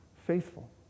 Faithful